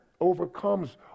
overcomes